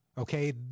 okay